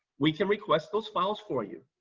we can request those files for you,